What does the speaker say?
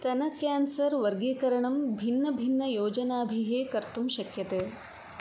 स्तनकेन्सर् वर्गीकरणं भिन्नभिन्नयोजनाभिः कर्तुं शक्यते